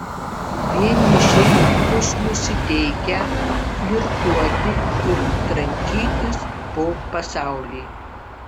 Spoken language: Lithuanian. vienišiai bus nusiteikę flirtuoti ir trankytis po pasaulį